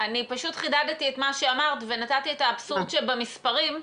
פשוט חידדתי את מה שאמרת ונתתי את האבסורד שבמספרים,